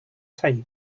type